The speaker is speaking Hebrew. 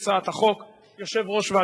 אבל זה לפרוטוקול, כפי שאומר היושב-ראש.